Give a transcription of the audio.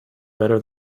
better